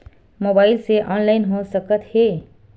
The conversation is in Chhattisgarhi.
मोबाइल से ऑनलाइन हो सकत हे?